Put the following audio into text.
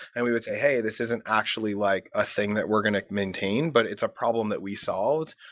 and we would say, hey, this isn't actually like a thing that we're going to maintain, but it's a problem that we solved.